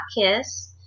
kiss